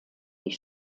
die